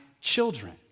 children